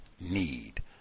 need